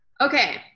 Okay